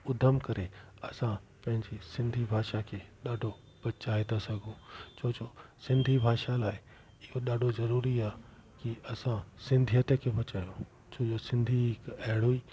उधम करे असां पंहिंजी सिंधी भाषा खे ॾाढो बचाए था सघूं छोजो सिंधी भाषा लाइ इहो जेको ॾाढो ज़रूरी आहे की असां सिंधीअत खे बचायूं छोजो सिंधी हिक अहिड़ो ई